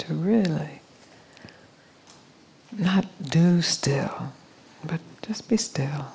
to really not do still but just based